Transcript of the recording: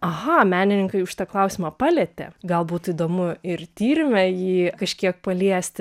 aha menininkai jau šitą klausimą palietė galbūt įdomu ir tyrime jį kažkiek paliesti